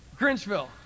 Grinchville